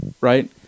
right